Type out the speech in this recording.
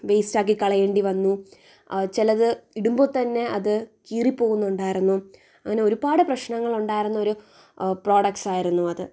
വേസ്റ്റാക്കി കളയേണ്ടി വന്നു ചിലത് ഇടുമ്പോൾ തന്നെ അതു കീറി പോകുന്നുണ്ടായിരുന്നു അങ്ങനെ ഒരുപാട് പ്രശ്നങ്ങളുണ്ടായിരുന്ന ഒരു പ്രോഡക്ട്സായിരുന്നു അത്